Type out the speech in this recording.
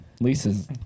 Lisa's